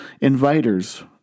inviter's